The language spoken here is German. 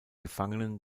gefangenen